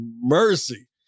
mercy